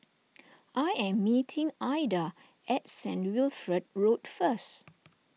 I am meeting Aida at Saint Wilfred Road first